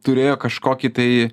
turėjo kažkokį tai